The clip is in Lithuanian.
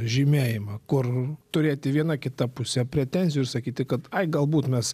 žymėjimą kur turėti viena kita pusė pretenzijų ir sakyti kad tai galbūt mes